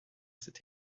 cet